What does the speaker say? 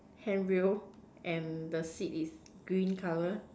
hand rail and the seat is green colour